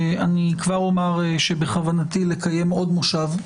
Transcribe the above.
אני כבר אומר שבכוונתי לקיים מושב נוסף,